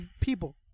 People